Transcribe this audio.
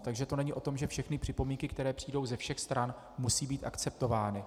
Takže to není o tom, že všechny připomínky, které přijdou ze všech stran, musí být akceptovány.